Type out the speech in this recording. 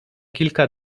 kilka